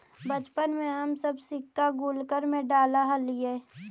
बचपन में हम सब सिक्का गुल्लक में डालऽ हलीअइ